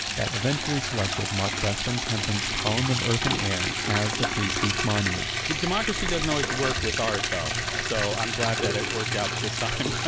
that eventually selected mark brest van kempen's column of earth and air as the free speech monument democracy doesn't always work with art though, so i'm glad that it worked out this time.